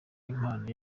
impano